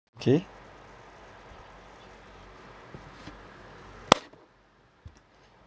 okay